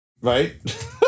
Right